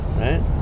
right